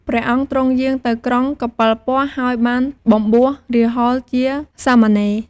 ព្រះអង្គទ្រង់យាងទៅក្រុងកបិលពស្តុ ហើយបានបំបួសរាហុលជាសាមណេរ។